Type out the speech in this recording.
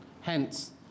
hence